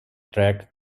track